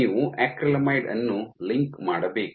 ನೀವು ಅಕ್ರಿಲಾಮೈಡ್ ಅನ್ನು ಲಿಂಕ್ ಮಾಡಬೇಕು